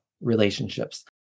relationships